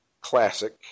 classic